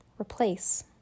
replace